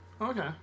Okay